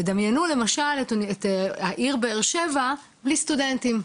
דמיינו למשל את העיר באר שבע בלי סטודנטים,